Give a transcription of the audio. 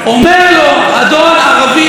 אומר לו אדון ערבי,